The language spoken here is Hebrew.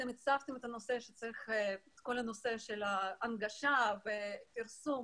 הצפתם את כל הנושא של ההנגשה ופרסום